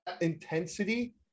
intensity